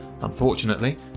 Unfortunately